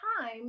time